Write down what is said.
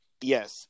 yes